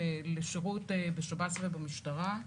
לשירות בשב"ס ובמשטרה.